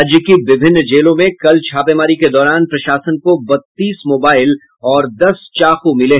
राज्य की विभिन्न जेलों में कल छापेमारी के दौरान प्रशासन को बत्तीस मोबाइल और दस चाकू मिले